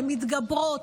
הן מתגברות,